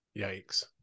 Yikes